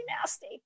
nasty